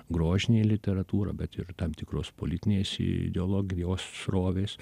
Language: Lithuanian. grožinė literatūra bet ir tam tikros politinės ideologijos srovės